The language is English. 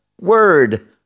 word